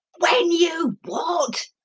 when you what?